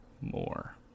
more